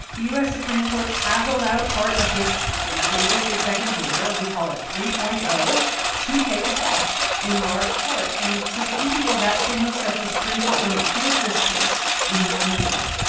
the u s. supreme court has allowed part of this latest executive order we call it three point zero to take effect in large part. and to some people, that signals that the supreme court, when it hears this case in the coming weeks,